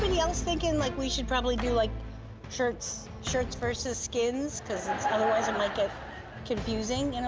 yeah thinking like we should probably do like shirts shirts versus skins because otherwise it might get confusing, you know